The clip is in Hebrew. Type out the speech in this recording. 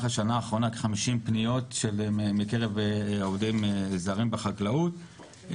השנה האחרונה כ-50 פניות מקרב עובדים זרים בחקלאות,